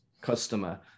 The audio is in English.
customer